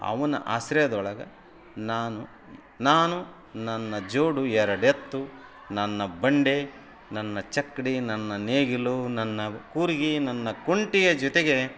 ಅವನ ಆಶ್ರಯದೊಳಗ ನಾನು ನಾನು ನನ್ನ ಜೋಡಿ ಎರಡೆತ್ತು ನನ್ನ ಬಂಡೆ ನನ್ನ ಚಕ್ಕಡಿ ನನ್ನ ನೇಗಿಲು ನನ್ನ ಕೂರಗಿ ನನ್ನ ಕುಂಟೆಯ ಜೊತೆಗೆ